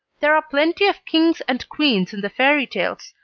there are plenty of kings and queens in the fairy tales,